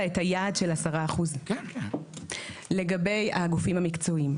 את היעד של 10% לגבי הגופים המקצועיים.